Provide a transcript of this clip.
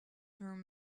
through